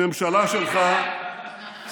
הממשלה שלך סיימה,